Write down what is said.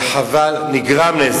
וחבל, לא נגרם.